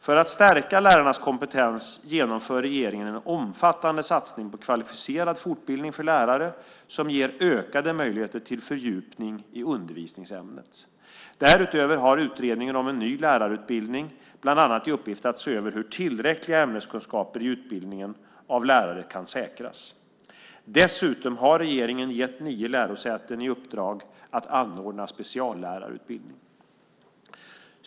För att stärka lärarnas kompetens genomför regeringen en omfattande satsning på kvalificerad fortbildning för lärare, som ger ökade möjligheter till fördjupning i undervisningsämnet. Därutöver har utredningen om en ny lärarutbildning bland annat i uppgift att se över hur tillräckliga ämneskunskaper i utbildningen av lärare kan säkras. Dessutom har regeringen gett nio lärosäten i uppdrag att anordna speciallärarutbildning.